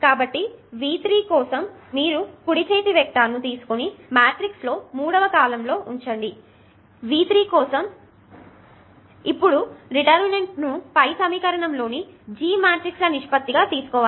కాబట్టి V3 కోసం మీరు ఈ కుడి చేతి వెక్టర్ను తీసుకొనిమ్యాట్రిక్స్ లో మూడవ కాలమ్లో ఉంచండి ఇప్పుడు ఆ డిటర్మినెన్ట్ ను పైన సమీకణంలోని G మ్యాట్రిక్స్ ల నిష్పత్తి గా తీసుకోవాలి